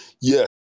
Yes